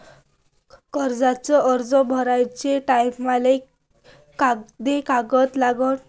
कर्जाचा अर्ज भराचे टायमाले कोंते कागद लागन?